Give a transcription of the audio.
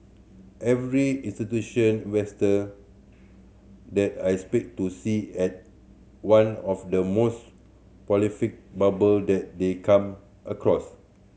every institution investor that I speak to see as one of the most prolific bubble that they come across